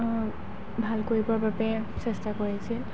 ভাল কৰিবৰ বাবে চেষ্টা কৰিছিল